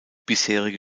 bisherige